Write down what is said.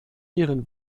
ihren